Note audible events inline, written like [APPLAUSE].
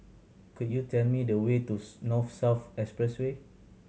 could you tell me the way to [UNINTELLIGIBLE] North South Expressway